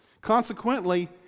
consequently